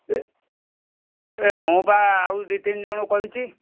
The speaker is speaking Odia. ମୁଁ ପା ଆଉ ଦୁଇ ତିନି ଜଣଙ୍କୁ କହିଛି